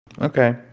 Okay